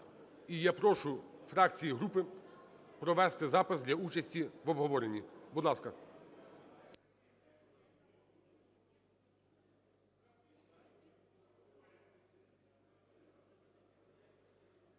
І я прошу фракції і групи провести запис для участі в обговоренні. Будь ласка.